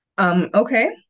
Okay